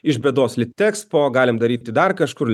iš bėdos litexpo galim daryti dar kažkur